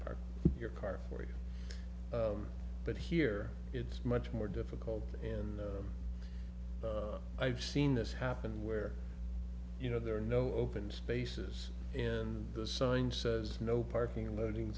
park your car for you but here it's much more difficult and i've seen this happen where you know there are no open spaces and the sign says no parking loading